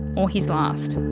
or his last.